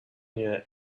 near